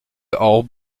all